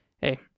hey